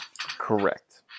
Correct